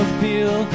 feel